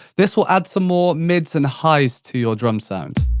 this will add some more mids and highs to your drum sound.